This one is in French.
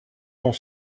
sont